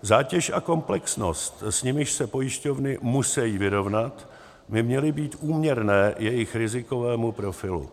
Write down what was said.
Zátěž a komplexnost, s nimiž se pojišťovny musí vyrovnat, by měly být úměrné jejich rizikovému profilu.